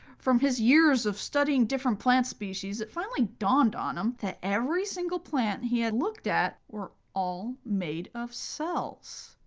from his years of studying different plant species, it finally dawned on him that every single plant he had looked at were all made of cells.